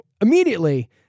immediately